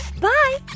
Bye